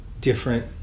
Different